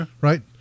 right